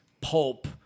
pulp